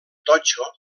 totxo